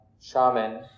Shaman